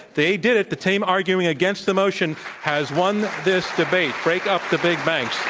they did it. the team arguing against the motion has won this debate, break up the big banks.